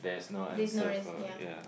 there's no risk ya